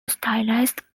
stylized